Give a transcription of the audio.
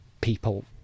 people